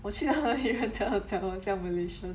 我去到哪里人家都讲我像 malaysian